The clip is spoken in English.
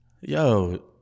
Yo